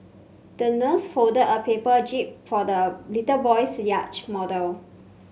the nurse folded a paper jib for the little boy's yacht model